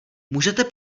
můžete